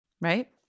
Right